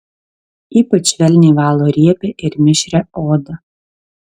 ypač švelniai valo riebią ir mišrią odą